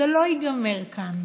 זה לא ייגמר כאן,